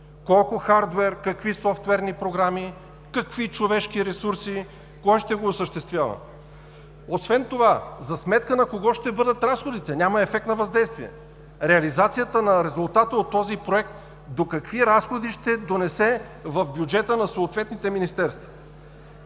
Колко хардуер, какви софтуерни програми, какви човешки ресурси, кога ще го осъществява? Освен това, за сметка на кого ще бъдат разходите? Няма ефект на въздействие. Реализацията на резултата от този проект, до какви разходи ще донесе в бюджета на съответните министерства?